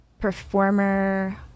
performer